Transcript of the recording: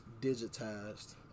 digitized